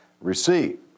receive